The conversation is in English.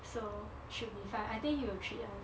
so should be fine I think he will treat [one]